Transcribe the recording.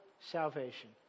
salvation